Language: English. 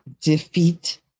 defeat